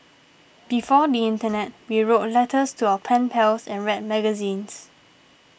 before the internet we wrote letters to our pen pals and read magazines